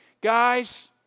Guys